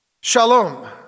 Shalom